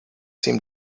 seem